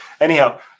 anyhow